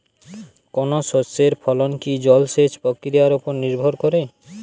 কোনো শস্যের ফলন কি জলসেচ প্রক্রিয়ার ওপর নির্ভর করে?